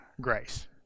grace